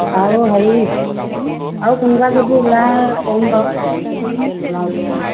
আৰু হেৰি আৰু কোনোবা যদি ওলাই ক'ম বাৰু আমাৰ ওচৰত